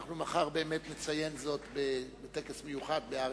מחר נציין זאת בטקס מיוחד בהר-הרצל.